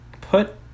put